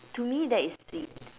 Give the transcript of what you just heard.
to me that is sweet